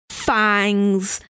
fangs